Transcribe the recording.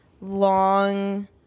long